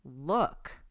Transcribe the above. look